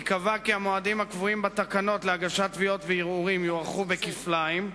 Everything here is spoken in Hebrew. ייקבע כי המועדים הקבועים בתקנות להגשת תביעות וערעורים יוארכו בכפליים,